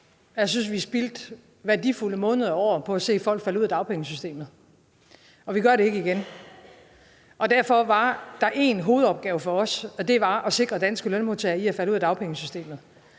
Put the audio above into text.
Jeg synes, vi spildte værdifulde måneder og år på at se folk falde ud af dagpengesystemet, og vi gør det ikke igen. Derfor var der en hovedopgave for os, og det var at sikre danske lønmodtagere mod at falde ud af dagpengesystemet.